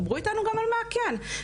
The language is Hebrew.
דברו איתנו גם על מה כן מותר.